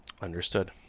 Understood